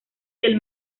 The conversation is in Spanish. del